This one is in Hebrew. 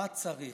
מה צריך?